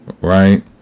right